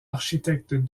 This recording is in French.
architecte